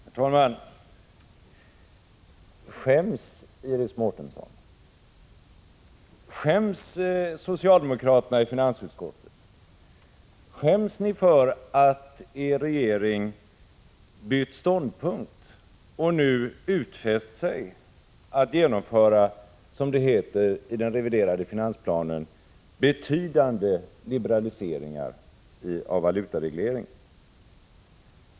Herr talman! Skäms Iris Mårtensson? Skäms socialdemokraterna i finansutskottet? Skäms ni för att er regering bytt ståndpunkt och nu utfäst sig att genomföra, som det heter i den reviderade finansplanen, betydande liberaliseringar av valutaregleringen?